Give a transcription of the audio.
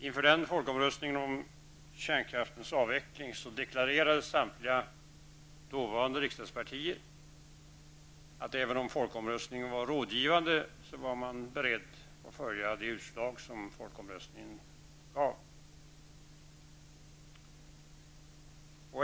Inför den folkomröstningen om kärnkraftens avveckling deklarerade samtliga dåvarande riksdagspartier att även om folkomröstningen var rådgivande, var man beredd att följa resultatet.